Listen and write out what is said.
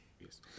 Yes